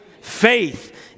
Faith